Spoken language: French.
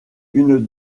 une